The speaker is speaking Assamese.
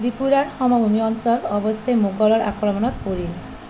ত্ৰিপুৰাৰ সমভূমি অঞ্চল অৱশ্যে মোগলৰ আক্ৰমণত পৰিল